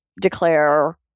declare